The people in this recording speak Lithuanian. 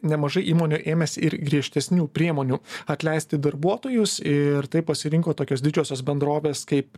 nemažai įmonių ėmėsi ir griežtesnių priemonių atleisti darbuotojus ir tai pasirinko tokios didžiosios bendrovės kaip